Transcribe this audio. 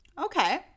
okay